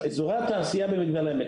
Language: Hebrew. אזורי התעשייה במגדל העמק,